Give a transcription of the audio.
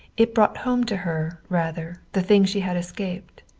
it brought home to her, rather, the thing she had escaped.